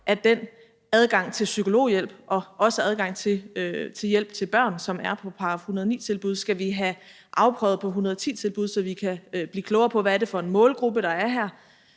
at den adgang til psykologhjælp og også adgang til hjælp til børn, som er på § 109-tilbud, skal vi have afprøvet på § 110-tilbud, så vi kan blive klogere på, hvad det er for en målgruppe, der er her,